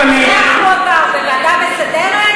איך החוק הזה עבר, בוועדה מסדרת?